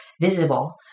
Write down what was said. visible